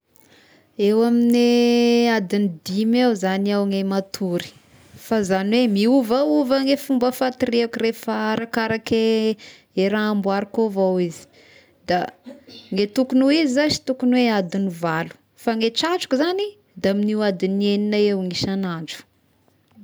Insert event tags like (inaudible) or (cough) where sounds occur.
Eo amin'gne adin'ny dimy eo zany iaho ny matory fa zagny hoe miovaova gny fomba fatoriako rehefa arakaraky i raha amboariko avao izy, da (noise) ny tokogny ho izy zash tokony hoe adin'ny valo fa gny tratriko zagny da amin'ny adin'ny egnina eo gny isan'andro.